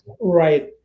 Right